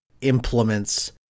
implements